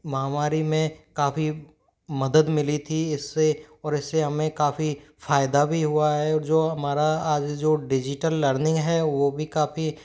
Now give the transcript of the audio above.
महामारी में काफ़ी मदद मिली थी इस से और इस से हमें काफ़ी फ़ायदा भी हुआ है और जो हमारा आज जो डिजिटल लर्निंग है वो भी काफ़ी